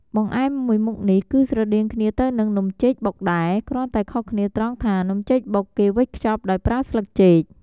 បង្អែមមួយមុខនេះគឺស្រដៀងគ្នាទៅហ្នឹងនំចេកបុកដែរ គ្រាន់តែខុសគ្នាត្រង់ថានំចេកបុកគេវេចខ្ចប់ដោយប្រើស្លឹកចេក។